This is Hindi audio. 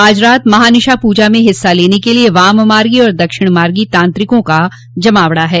आज रात महानिसा की पूजा में हिस्सा लेने के लिए वाममार्गी और दक्षिणमार्गी तांत्रिकों का जमावड़ा है